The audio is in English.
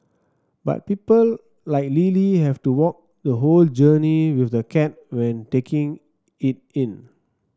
but people like Lily have to walk the whole journey with the cat when taking it in